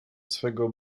swego